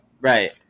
Right